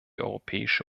europäische